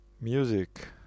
music